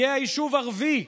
יהיה היישוב ערבי,